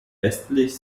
westlich